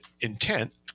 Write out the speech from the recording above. intent